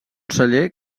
celler